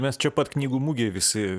mes čia pat knygų mugėj visi